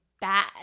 bad